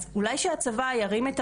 אז אולי שהצבא ירים את